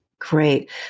Great